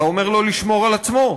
אתה אומר לו לשמור על עצמו,